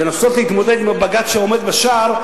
לנסות להתמודד עם הבג"ץ שעומד בשער,